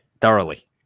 thoroughly